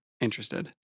interested